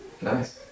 Nice